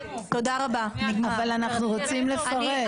אבל אנחנו רוצים לפרט.